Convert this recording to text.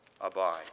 abide